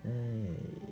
!hais!